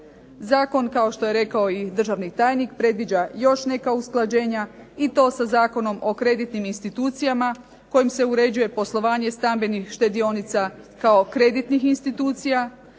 Zakon kao što je rekao i državni tajnik predviđa još neka usklađenja i to sa Zakonom o kreditnim institucijama kojim se uređuje poslovanje stambenih štedionica kao kreditnih institucija,